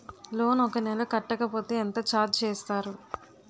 Loan ఒక నెల కట్టకపోతే ఎంత ఛార్జ్ చేస్తారు?